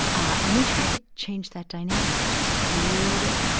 ah and we tried to change that dynamic just a little bit.